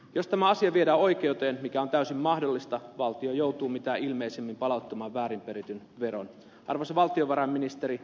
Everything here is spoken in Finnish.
jos tämä asia viedään oikeuteen mikä on täysin mahdollista valtio joutuu mitä ilmeisimmin palauttamaan väärin perityn veron